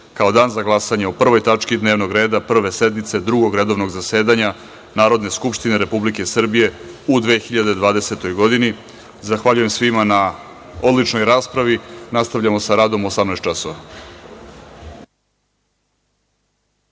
kao Dan za glasanje o 1. tački dnevnog reda Prve sednice Drugog redovnog zasedanja Narodne skupštine Republike Srbije u 2020. godini. Zahvaljujem svima na odličnoj raspravi. Nastavljamo sa radom u 18,00